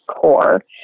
core